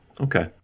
Okay